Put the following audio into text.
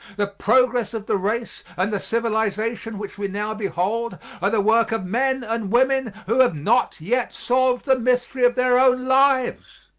the progress of the race and the civilization which we now behold are the work of men and women who have not yet solved the mystery of their own lives.